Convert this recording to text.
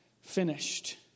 finished